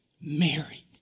Mary